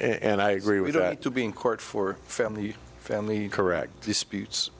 and i agree we don't have to be in court for family the family correct disputes